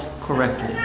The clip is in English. correctly